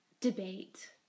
debate